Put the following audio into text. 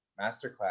masterclass